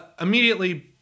immediately